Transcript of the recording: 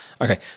Okay